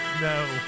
No